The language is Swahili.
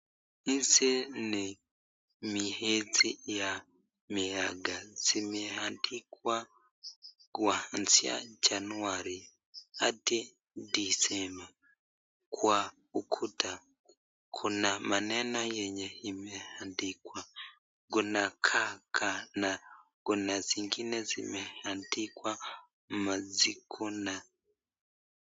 Hizi ni miezi ya miaka zimeandikwa kuanzia januari Hadi disemba kwa ukuta kuna maneno yenye imeandikwa Kuna kaka na kuna zingine zimeandikwa masiku na.